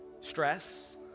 Stress